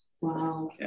Wow